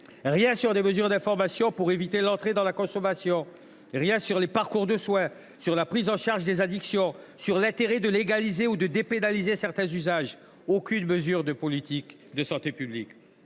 Rien sur les mesures d’information permettant d’éviter l’entrée dans la consommation. Rien sur les parcours de soins, sur la prise en charge des addictions, sur l’intérêt de légaliser ou de dépénaliser certains usages. Aucune mesure de politique de santé publique.